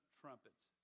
trumpets